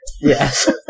Yes